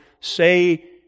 say